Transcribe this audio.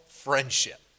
Friendship